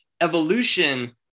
evolution